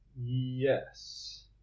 yes